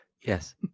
Yes